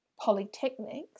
polytechnics